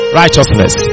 righteousness